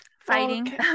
fighting